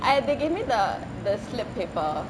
i~ they gave me the the slip paper